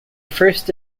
first